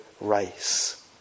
race